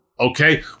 Okay